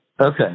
Okay